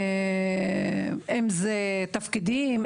אם זה תפקידים,